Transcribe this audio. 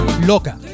Loca